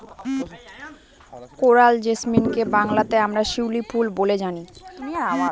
coral জেসমিনকে বাংলাতে আমরা শিউলি ফুল বলে জানি